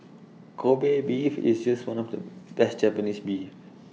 Kobe Beef is just one of the best Japanese Beef